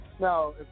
No